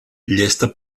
llesta